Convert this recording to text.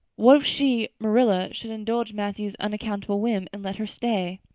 what if she, marilla, should indulge matthew's unaccountable whim and let her stay?